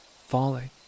falling